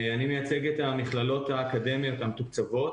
אני מייצג את המכללות האקדמיות והמתוקצבות.